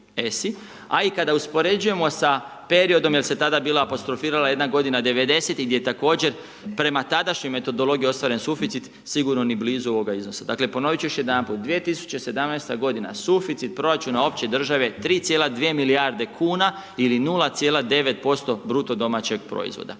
a i kada uspoređujemo sa periodom, jer se tada bila apostrofirala jedna godina '90.-tih gdje je također prema tadašnjoj metodologiji ostvaren suficit sigurno ni blizu ovoga iznosa. Dakle ponoviti ću još jedanput, 2017. godina suficit proračuna opće države 3,2 milijarde kuna ili 0,9% BDP-a. To